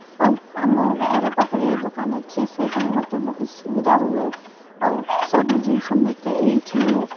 ଆଉ ଆମ ଘର ପାଖରେ ଏ ଦୋକାନ ଅଛି ସେଇ ପାଇଁ ମୋତେ ବହୁତ ସୁବିଧା ହୁଏ ଆଉ ସବୁ ଜିନିଷ ମୋତେ ଏଇଠି ମୁଁ